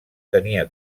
tenia